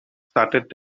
started